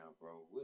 bro